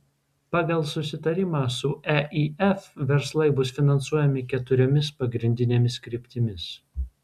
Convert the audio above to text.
pagal susitarimą su eif verslai bus finansuojami keturiomis pagrindinėmis kryptimis